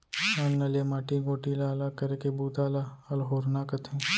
अन्न ले माटी गोटी ला अलग करे के बूता ल अल्होरना कथें